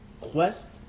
quest